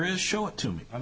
is show it to me i